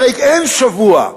הרי אין שבוע,